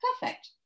perfect